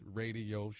radio